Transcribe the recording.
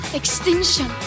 extinction